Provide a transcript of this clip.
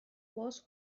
باز